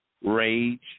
Rage